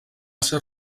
ser